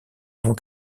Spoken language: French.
avant